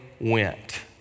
went